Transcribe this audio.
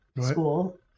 school